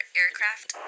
aircraft